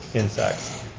insects.